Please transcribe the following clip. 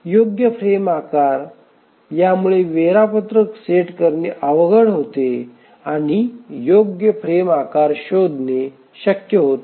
योग्य फ्रेम आकार यामुळे वेळापत्रक सेट करणे अवघड होते आणि योग्य फ्रेम आकार शोधणे शक्य होत नाही